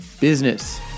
Business